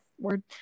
word